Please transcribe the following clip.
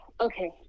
Okay